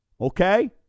okay